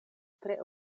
tre